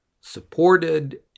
supported